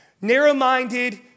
narrow-minded